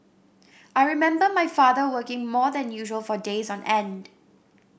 I remember my father working more than usual for days on end